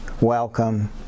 welcome